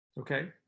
okay